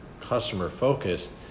customer-focused